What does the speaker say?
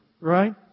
right